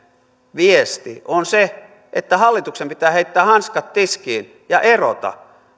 viesti on se että hallituksen pitää heittää hanskat tiskiin ja erota